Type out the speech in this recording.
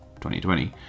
2020